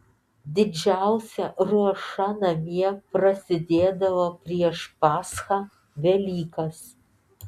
didžiausia ruoša namie prasidėdavo prieš paschą velykas